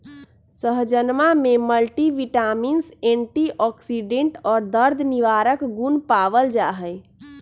सहजनवा में multivitamins antioxidant और दर्द निवारक गुण पावल जाहई